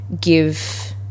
give